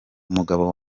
umugabo